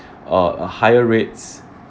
uh higher rates